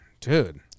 dude